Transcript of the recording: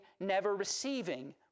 never-receiving